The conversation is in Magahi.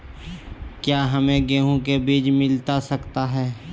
क्या हमे गेंहू के बीज मिलता सकता है?